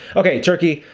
okay turkey.